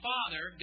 Father